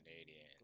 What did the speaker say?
Canadian